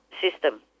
system